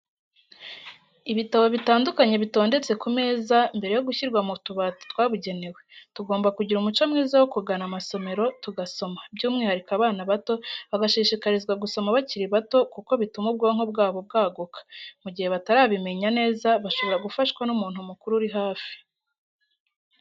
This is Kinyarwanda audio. Ibitabo bitandukanye bitondetse ku meza mbere yo gushyirwa mu tubati twabugenewe, tugomba kugira umuco mwiza wo kugana amasomero tugasoma, by'umwihariko abana bato bagashishikarizwa gusoma bakiri bato kuko bituma ubwonko bwabo bwaguka, mu gihe batarabimenya neza bashobora gufashwa n'umuntu mukuru uri hafi.